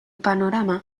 panorama